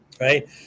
right